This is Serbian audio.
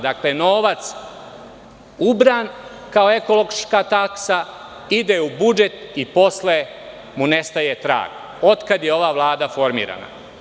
Dakle, novac ubran kao ekološka taksa ide u budžet i posle mu nestaje trag otkad je ova Vlada formirana.